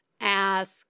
ask